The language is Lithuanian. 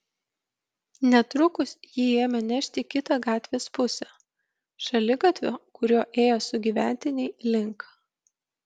netrukus jį ėmė nešti į kitą gatvės pusę šaligatvio kuriuo ėjo sugyventiniai link